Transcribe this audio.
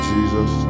Jesus